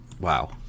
Wow